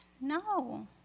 No